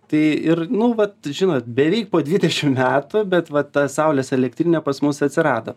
tai ir nu vat žinot beveik po dvidešim metų bet va ta saulės elektrinė pas mus atsirado